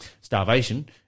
Starvation